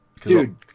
Dude